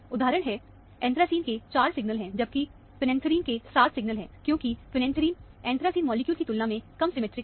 उदाहरण है एन्थ्रेसीन के 4 सिग्नल हैं जबकि फेनेंथ्रीन के 7 सिग्नल हैं क्योंकि फेनाथ्रीन एन्थ्रेसीन मॉलिक्यूल की तुलना में कम सिमिट्रिक है